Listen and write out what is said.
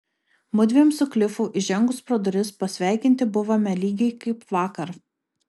mudviem su klifu įžengus pro duris pasveikinti buvome lygiai kaip vakar